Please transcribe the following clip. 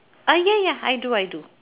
uh ya ya I do I do